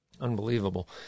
Unbelievable